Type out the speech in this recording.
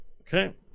Okay